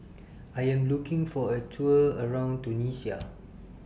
I Am looking For A Tour around Tunisia